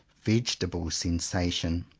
vegetable sensation.